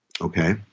Okay